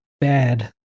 bad